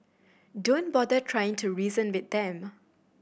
don't bother trying to reason with them